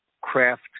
craft